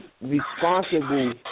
responsible